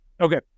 Okay